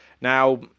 Now